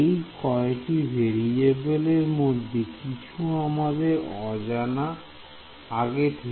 এই কয়টি ভেরিয়েবলের মধ্যে কিছু আমাদের অজানা আগে থেকে